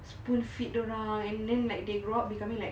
spoon feed around and then like they grow up becoming like